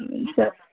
ಹ್ಞೂ ಸರ್